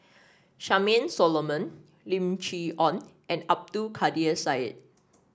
Charmaine Solomon Lim Chee Onn and Abdul Kadir Syed